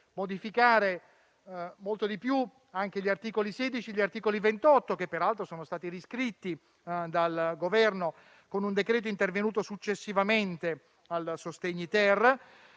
modificare molto di più, anche gli articoli 16 e 28, che peraltro sono stati riscritti dal Governo con un decreto-legge intervenuto successivamente al sostegni-*ter*;